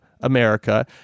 America